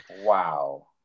Wow